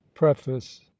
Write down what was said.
Preface